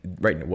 right